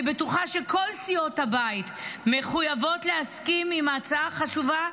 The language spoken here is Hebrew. אני בטוחה שכל סיעות הבית מחויבות להסכים עם ההצעה החשובה,